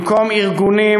במקום ארגונים,